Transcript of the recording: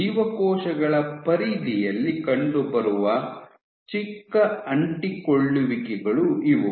ಜೀವಕೋಶಗಳ ಪರಿಧಿಯಲ್ಲಿ ಕಂಡುಬರುವ ಚಿಕ್ಕ ಅಂಟಿಕೊಳ್ಳುವಿಕೆಗಳು ಇವು